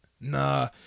Nah